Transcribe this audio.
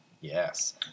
Yes